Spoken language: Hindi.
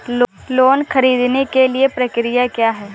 लोन ख़रीदने के लिए प्रक्रिया क्या है?